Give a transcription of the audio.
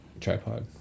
Tripod